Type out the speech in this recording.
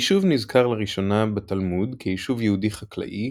היישוב נזכר לראשונה בתלמוד כיישוב יהודי חקלאי